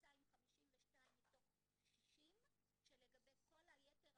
נמצא עם 52 מתוך 60 כשלגבי כל יתר